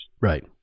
Right